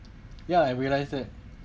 ya I realise that